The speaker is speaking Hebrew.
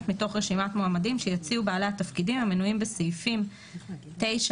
מתוך רשימת מועמדים שיציעו בעלי התפקידים המנויים בסעיפים 9(1)-(4)".